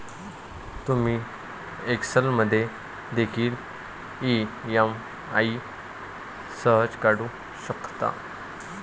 तुम्ही एक्सेल मध्ये देखील ई.एम.आई सहज काढू शकता